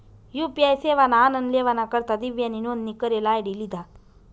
UPI सेवाना आनन लेवाना करता दिव्यानी नोंदनी करेल आय.डी लिधा